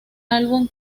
álbum